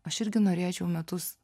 aš irgi norėčiau metus